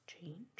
change